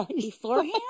beforehand